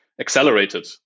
accelerated